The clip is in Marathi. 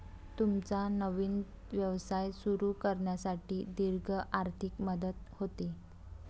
तुमचा नवीन व्यवसाय सुरू करण्यासाठी दीर्घ आर्थिक मदत होते